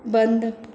बंद